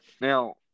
Now